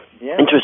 Interesting